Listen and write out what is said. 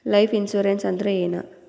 Life insurance ಅಂದ್ರ ಏನ?